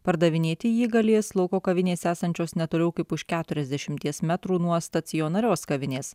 pardavinėti jį galės lauko kavinės esančios netoliau kaip už keturiasdešimties metrų nuo stacionarios kavinės